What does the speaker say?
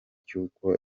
cy’uko